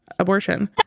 abortion